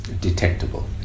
detectable